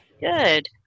Good